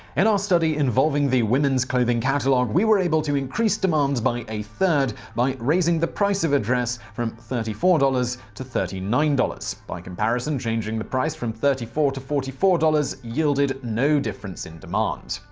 and our study involving the women's clothing catalog, we were able to increase demand by a third by raising the price of a dress from thirty four dollars to thirty nine dollars. by comparison, changing the price from thirty four dollars to forty four dollars yielded no difference in demand.